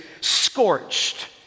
scorched